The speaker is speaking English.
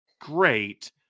great